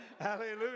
Hallelujah